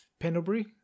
Pendlebury